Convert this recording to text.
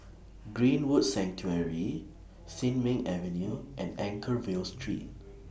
Greenwood Sanctuary Sin Ming Avenue and Anchorvale Street